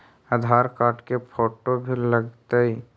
आधार card के photo भी लग तै?